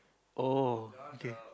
oh okay